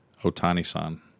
Otani-san